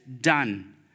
done